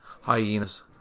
hyenas